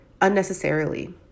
unnecessarily